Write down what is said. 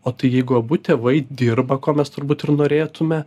o tai jeigu abu tėvai dirba ko mes turbūt ir norėtume